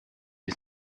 ist